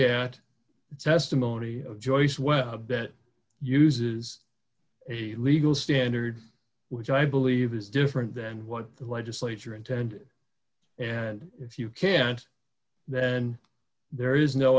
of joyce well better uses a legal standard which i believe is different than what the legislature intended and if you can't then there is no